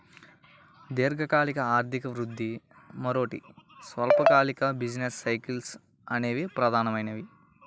దీర్ఘకాలిక ఆర్థిక వృద్ధి, మరోటి స్వల్పకాలిక బిజినెస్ సైకిల్స్ అనేవి ప్రధానమైనవి